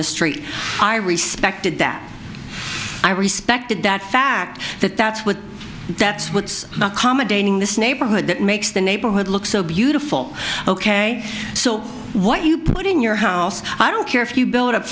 the street i respected that i respected that fact that that's what that's what's not comedy in this neighborhood that makes the neighborhood look so beautiful ok so what you put in your house i don't care if you build